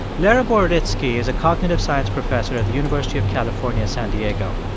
lera boroditsky is a cognitive science professor at the university of california, san diego.